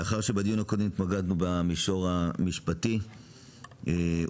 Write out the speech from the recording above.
לאחר שבדיון הקודם התמקדנו במישור המשפטי ובשאלות